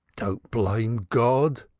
don't blame god!